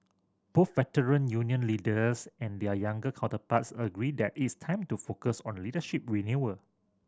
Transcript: both Veteran Union leaders and their younger counterparts agreed that it's time to focus on leadership renewal